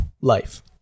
life